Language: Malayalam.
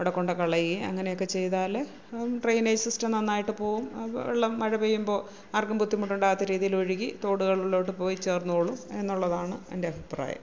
അവിടെ കൊണ്ടു കളയും അങ്ങനെയൊക്കെ ചെയ്താൽ ഡ്രെയിനേജ് സിസ്റ്റം നന്നായിട്ടു പോകും വെള്ളം മഴ പെയ്യുമ്പോൾ ആര്ക്കും ബുദ്ധിമുട്ടുണ്ടാകാത്ത രീതിയിലൊഴുകി തോടുകളിലോട്ടു പോയി ചേര്ന്നോളും എന്നുള്ളതാണ് എന്റെ അഭിപ്രായം